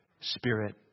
spirit